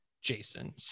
Jason